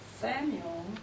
Samuel